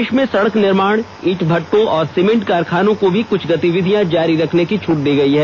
देश में सडक निर्माण ईंट भट्टों और सीमेंट कारखानों को भी कुछ गतिविधियां जारी रखने की छूट दी गई हैं